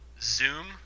zoom